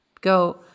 Go